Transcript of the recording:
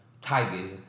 tigers